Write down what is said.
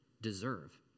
deserve